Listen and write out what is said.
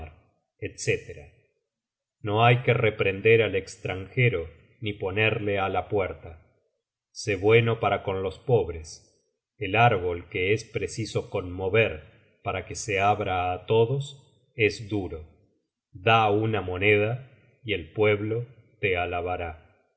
etc no hay que reprender al estranjero ni ponerle á la puerta sé bueno para con los pobres el árbol que es preciso conmover para que se abra á todos es duro da una moneda y el pueblo te alabará